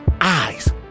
Eyes